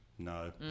No